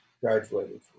graduated